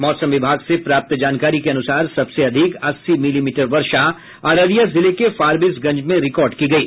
मौसम विभाग से प्राप्त जानकारी के अनुसार सबसे अधिक अस्सी मिलीमीटर वर्षा अररिया जिले के फारबिसगंज में रिकॉर्ड की गयी